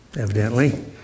evidently